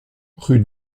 rue